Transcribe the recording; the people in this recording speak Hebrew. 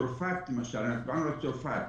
צרפת למשל דיברנו על צרפת,